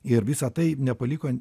ir visa tai nepaliko